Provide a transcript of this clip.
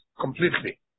completely